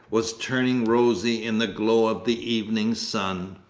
was turning rosy in the glow of the evening sun.